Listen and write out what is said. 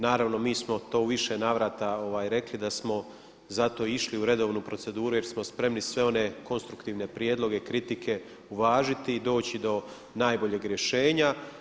Naravno mi smo to u više navrata rekli da smo zato išli u redovnu proceduru jer smo spremni sve one konstruktivne prijedloge, kritike uvažiti i doći do najboljeg rješenja.